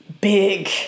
big